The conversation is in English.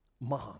mom